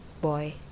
boy